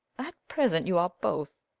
at present you are both.